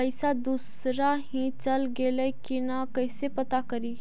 पैसा दुसरा ही चल गेलै की न कैसे पता करि?